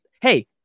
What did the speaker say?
Hey